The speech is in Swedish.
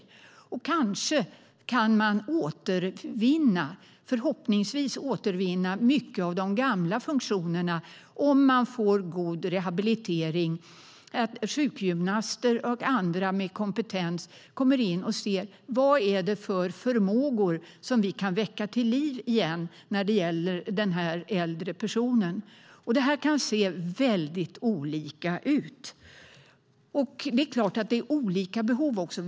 Förhoppningsvis kan man återvinna mycket av de gamla funktionerna om man får god rehabilitering, att sjukgymnaster och andra med kompetens kommer in och ser vad det är för förmågor som de kan väcka till liv igen när det gäller den här äldre personen. Det här kan se väldigt olika ut. Det är klart att det är olika behov också.